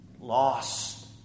Lost